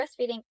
breastfeeding